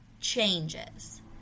changes